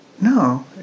no